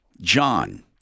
John